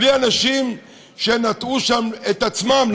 בלי האנשים שנטעו שם את עצמם,